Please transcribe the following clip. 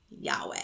Yahweh